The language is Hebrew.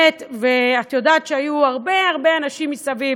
ואת יודעת שהיו הרבה הרבה אנשים מסביב